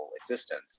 existence